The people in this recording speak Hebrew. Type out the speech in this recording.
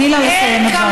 תיתני לה לסיים את דבריה.